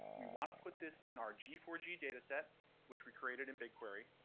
we want to put this in our g four g data set which we created in bigquery.